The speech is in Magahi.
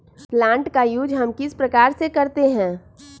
प्लांट का यूज हम किस प्रकार से करते हैं?